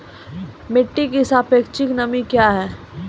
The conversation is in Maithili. मिटी की सापेक्षिक नमी कया हैं?